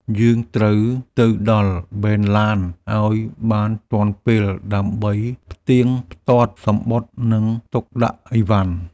យើងត្រូវទៅដល់បេនឡានឱ្យបានទាន់ពេល ដើម្បីផ្ទៀងផ្ទាត់សំបុត្រ និងទុកដាក់អីវ៉ាន់។